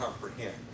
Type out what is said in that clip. comprehend